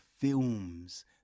films